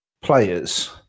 players